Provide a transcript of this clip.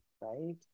Right